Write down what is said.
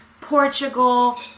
Portugal